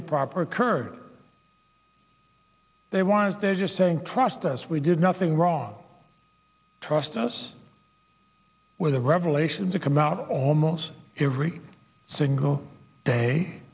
improper occurred there was they're just saying trust us we did nothing wrong trust us with the revelation to come out almost every single day